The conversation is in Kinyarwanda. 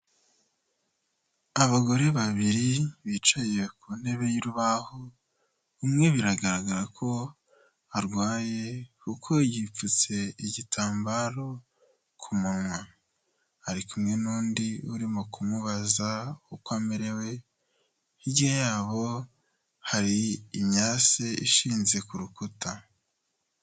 Abagore babiri bicaye ku ntebe y'urubaho, umwe biragaragara ko arwaye kuko yipfutse igitambaro ku munwa, ari kumwe n'undi urimo kumubaza uko amerewe, hirya yabo hari imyase ishinze ku rukuta.